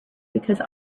because